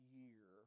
year